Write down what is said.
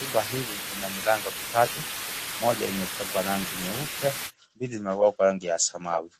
Nyumba hili lina milango mitatu moja imepakwa rangi nyeupe mbili imepakwa rangi ya samawi